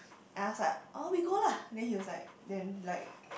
and I was like oh we go lah then he was like then like